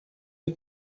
mir